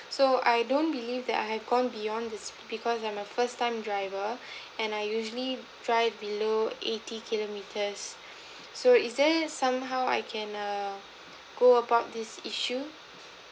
so I don't believe that I have gone beyond this because I'm a first time driver and I usually drive below eighty kilometers so is there somehow I can err go about this issue